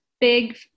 big